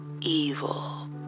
evil